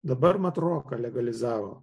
dabar mat roką legalizavo